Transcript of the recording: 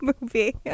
movie